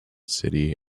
city